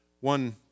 One